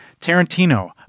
Tarantino